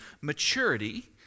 maturity